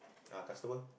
ah customer